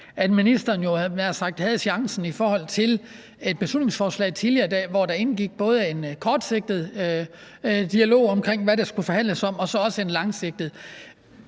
havde jeg nær sagt, i forbindelse med et beslutningsforslag tidligere i dag, hvor der både indgik en kortsigtet dialog om, hvad der skulle forhandles om, og også en langsigtet.